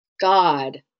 God